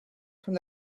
from